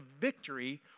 victory